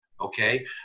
okay